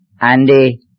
Andy